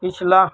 پچھلا